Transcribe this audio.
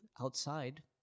outside